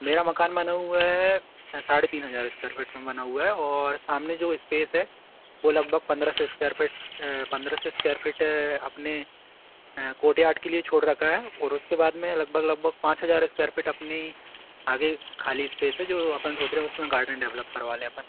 मेरा मकान बना हुआ है साढ़े तीन हज़ार स्क्वायर फीट में बना हुआ है और सामने जो इस्पेस है वो लगभग पंद्रह सौ स्क्वायर फीट पंद्रह सौ स्क्वायर फीट अपने कोर्टयार्ड के लिए छोड़ रखा है और उसके बाद में लगभग लगभग पाँच हज़ार स्क्वायर फीट अपनी आगे ख़ाली स्पेस है जो अपन सोच रहें उस में गार्डन डेवलप करवा लें अपन